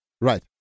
Right